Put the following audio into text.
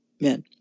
men